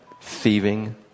thieving